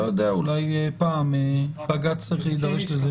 לא יודע, אולי פעם בג"ץ צריך להידרש לזה.